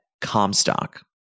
Comstock